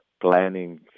planning